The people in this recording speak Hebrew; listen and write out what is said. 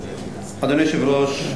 אדוני היושב-ראש,